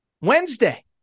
Wednesday